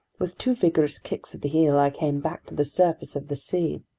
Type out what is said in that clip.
with two vigorous kicks of the heel, i came back to the surface of the sea.